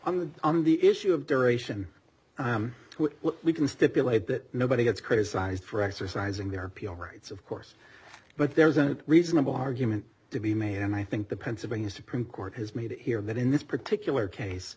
the on the issue of duration we can stipulate that nobody gets criticized for exercising their rights of course but there's a reasonable argument to be made and i think the pennsylvania supreme court has made it here that in this particular case